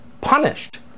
punished